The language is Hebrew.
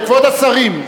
כבוד השרים,